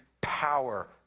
power